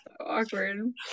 Awkward